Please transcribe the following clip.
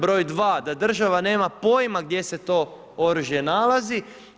Broj dva, da država nema pojma gdje se to oružje nalazi.